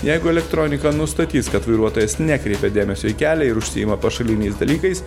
jeigu elektronika nustatys kad vairuotojas nekreipia dėmesio į kelią ir užsiima pašaliniais dalykais